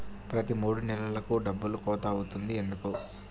ప్రతి మూడు నెలలకు డబ్బులు కోత అవుతుంది ఎందుకు?